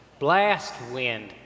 Blastwind